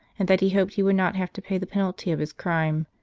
and that he hoped he would not have to pay the penalty of his crime,